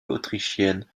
autrichienne